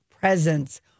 presence